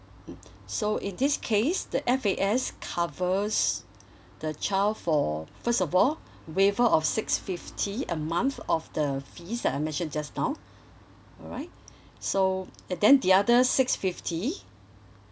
mm so in this case the F_A_S covers the child for first of all waiver of six fifty a month of the fee that I mentioned just now alright so and then the other six fifty